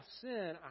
sin